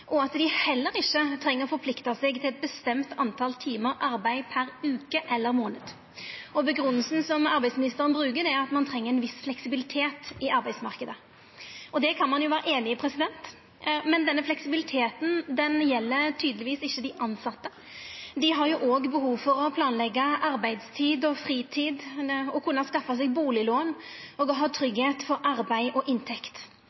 og at dei heller ikkje treng å forplikta seg til eit bestemt tal timar arbeid per veke eller månad. Grunngjevinga som arbeidsministeren brukar, er at ein treng ein viss fleksibilitet i arbeidsmarknaden. Det kan ein vera einig i, men denne fleksibiliteten gjeld tydelegvis ikkje dei tilsette. Dei har òg behov for å planleggja arbeidstid og fritid, skaffa seg bustadlån og ha tryggleik for arbeid og inntekt.